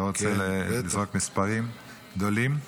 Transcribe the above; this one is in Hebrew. אני לא רוצה לזרוק מספרים גדולים -- כן,